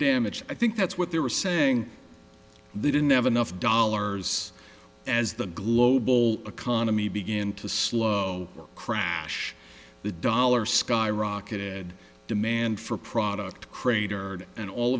damaged i think that's what they were saying they didn't have enough dollars as the global economy began to slow crash the dollar skyrocketed demand for product cratered and all